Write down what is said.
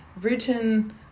written